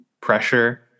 pressure